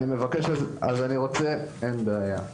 אין בעיה.